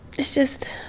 it's just